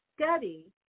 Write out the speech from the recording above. study